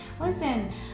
Listen